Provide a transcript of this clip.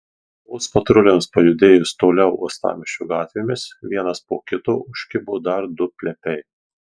vos patruliams pajudėjus toliau uostamiesčio gatvėmis vienas po kito užkibo dar du plepiai